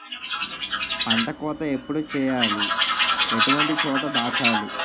పంట కోత ఎప్పుడు చేయాలి? ఎటువంటి చోట దాచాలి?